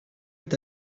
est